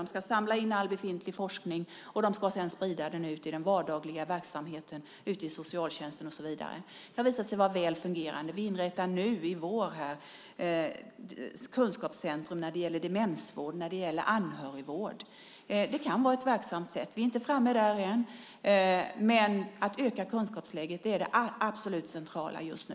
De ska samla in all befintlig forskning, och de ska sedan sprida den till den vardagliga verksamheten ute i socialtjänsten och så vidare. Det har visat sig vara väl fungerande. Vi inrättar nu i vår kunskapscentrum när det gäller demensvård, när det gäller anhörigvård. Det kan vara ett verksamt sätt. Vi är inte framme där än. Men att förbättra kunskapsläget är det absolut centrala just nu.